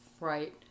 Right